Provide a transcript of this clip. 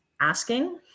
asking